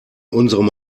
unserem